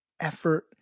effort